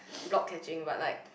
block catching but like